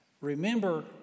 Remember